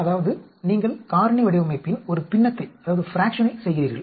அதாவது நீங்கள் காரணி வடிவமைப்பின் ஒரு பின்னத்தை செய்கிறீர்கள்